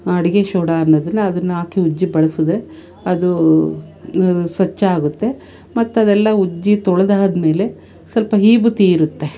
ಅಡುಗೆ ಶೋಡ ಅನ್ನೊದನ್ನು ಅದನ್ನು ಹಾಕಿ ಉಜ್ಜಿ ಬಳಸಿದ್ರೆ ಅದೂ ಸ್ವಚ್ಛ ಆಗುತ್ತೆ ಮತ್ತು ಅದೆಲ್ಲ ಉಜ್ಜಿ ತೊಳ್ದಾದಮೇಲೆ ಸ್ವಲ್ಪ ವಿಭೂತಿ ಇರುತ್ತೆ